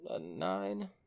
nine